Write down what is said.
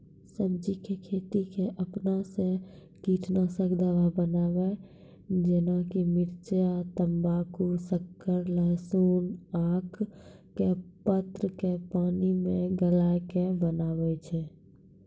सब्जी के खेती मे अपन से कीटनासक दवा बनाबे जेना कि मिर्च तम्बाकू शक्कर लहसुन आक के पत्र के पानी मे गलाय के बनाबै छै?